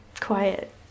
quiet